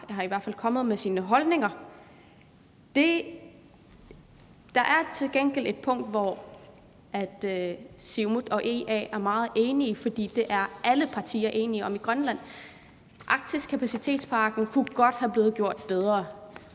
Grønland er kommet med sine holdninger. Der er til gengæld et punkt, hvor Siumut og IA er meget enige, fordi det er alle partier enige om i Grønland. Arktis Kapacitetspakke kunne godt være blevet gjort bedre.